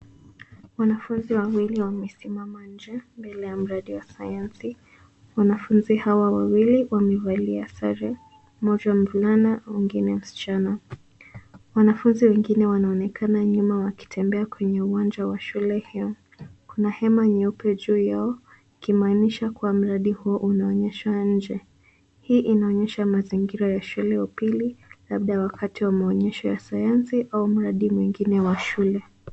Wanafunzi wawili wamesimama nje mbele ya mradi wa sayansi ,wanafunzi hawa wawili, wamevalia sare, mmoja mvulana, mwingine msichana. Wanafunzi wengine wanaonekana nyuma wakitembea kwenye uwanja wa shule hiyo. Kuna hema nyeupe juu yao, ikimaanisha kuwa mradi huo unaonyesha nje, hii inaonyesha mazingira ya shule ya pili labda wakati wa maonyesho ya sayansi au mradi mwingine wa shule.